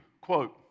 quote